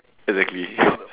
exactly